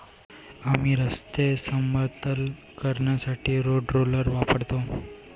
आम्ही रस्ते समतल करण्यासाठी रोड रोलर वापरतो